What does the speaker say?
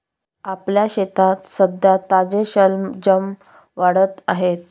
आपल्या शेतात सध्या ताजे शलजम वाढत आहेत